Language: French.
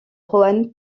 juan